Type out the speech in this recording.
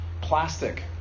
plastic